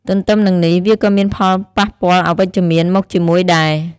ទទ្ទឹមនឹងនេះ វាក៏មានផលប៉ះពាល់អវិជ្ជមាន មកជាមួយដែរ។